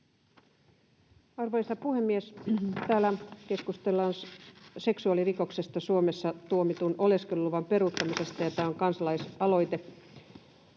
Arvoisa puhemies! Täällä keskustellaan seksuaalirikoksesta Suomessa tuomitun oleskeluluvan peruuttamisesta ja karkotuksesta, ja tämä on kansalaisaloite.